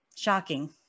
shocking